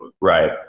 Right